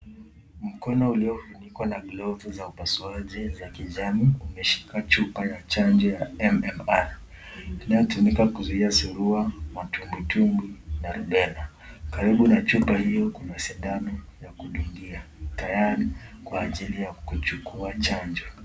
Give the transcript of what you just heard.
Mkonoo uliofunikwa na glovu za upasuaji za kijani umeshika chupa ya chanjo ya MMR inayotumika kuzuia surua, matumbwitumbwi na rubella. Karibu na chupa hiyo kuna sedano ya kudungia tayari kwa ajili ya kuchukua chanjo.